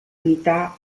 unità